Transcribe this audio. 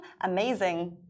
amazing